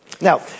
Now